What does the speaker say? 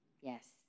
Yes